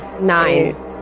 nine